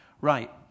Right